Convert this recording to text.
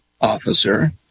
officer